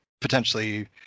potentially